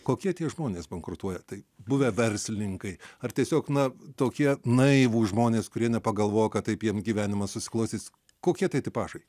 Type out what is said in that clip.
kokie tie žmonės bankrutuoja tai buvę verslininkai ar tiesiog na tokie naivūs žmonės kurie nepagalvoja kad taip jiem gyvenimas susiklostys kokie tai tipažai